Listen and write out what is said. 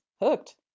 hooked